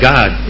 God